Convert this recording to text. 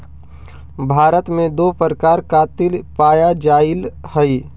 भारत में दो प्रकार कातिल पाया जाईल हई